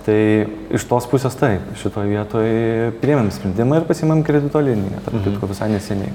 tai iš tos pusės taip šitoj vietoj priėmėm sprendimą ir pasiėmėm kredito liniją tarp kitko visai neseniai